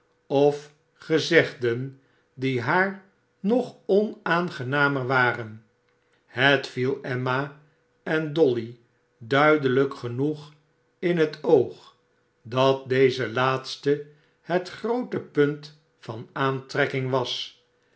of gezegden die haar nog onaangenamer waren het viel emma en dolly duidelijk genoeg in het oog dat dezekatste het groote punt van aantrekking was